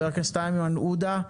איימן עודה,